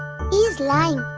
he's lying!